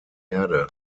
erde